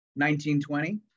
1920